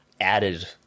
added